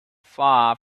far